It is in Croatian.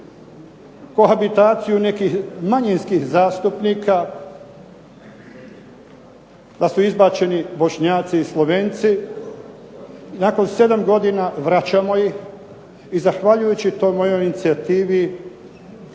kohabitaciju nekih manjinskih zastupnika da su izbačeni Bošnjaci i Slovenci, nakon 7 godina vraćamo ih i zahvaljujući to mojoj inicijativi